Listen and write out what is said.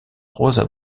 rosa